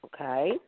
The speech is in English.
okay